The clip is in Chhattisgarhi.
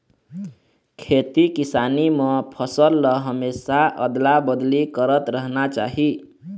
खेती किसानी म फसल ल हमेशा अदला बदली करत रहना चाही